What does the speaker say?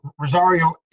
Rosario